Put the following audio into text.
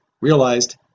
realized